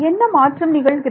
என்ன மாற்றம் நிகழ்கிறது